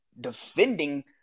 defending